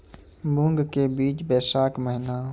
मूंग के बीज बैशाख महीना